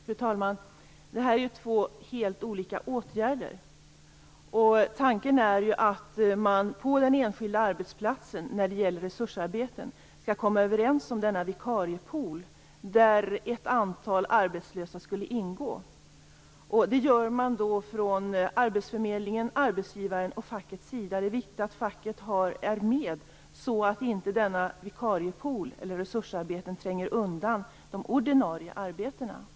Fru talman! Det här är två helt olika åtgärder. Tanken är att man när det gäller resursarbeten skall komma överens på den enskilda arbetsplatsen om denna vikariepool, där ett antal arbetslösa skulle ingå. Det gör man från arbetsförmedlingens, arbetsgivarens och fackets sida. Det är viktigt att facket är med så att inte denna vikariepool eller dessa resursarbeten tränger undan de ordinarie arbetena.